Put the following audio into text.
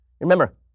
remember